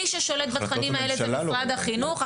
מי ששולט בתכנים האלה במשרד החינוך --- החלטות הממשלה לא רלוונטיות.